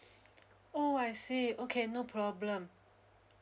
oh I see okay no problem